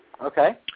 Okay